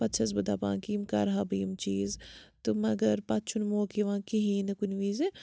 پَتہٕ چھَس بہٕ دَپان کہِ یِم کَرٕہا بہٕ یِم چیٖز تہٕ مگر پَتہٕ چھُنہٕ موقعہٕ یِوان کِہیٖنۍ نہِ کُنۍ وِزِ